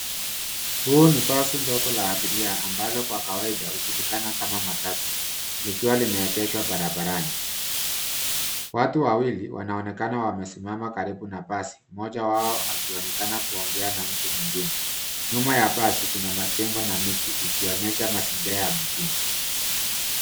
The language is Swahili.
Huu ni basi dogo la abiria, ambalo kwa kawaida hujulikana kama matatu. Likiwa limeegeshwa barabarani. Watu wawili, wanaonekana wamesimama karibu na basi. Mmoja wao, akionekana kuongea na mtu mwingine nyuma ya basi. Kuna majengo na miti ikionyesha mazingira ya mjini.